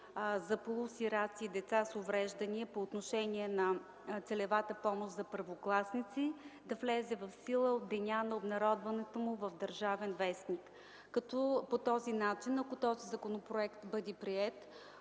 за полусираци и деца с увреждания, целевата помощ за първокласници да влезе в сила от деня на обнародването му в „Държавен вестник”. Ако този законопроект бъде приет,